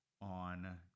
on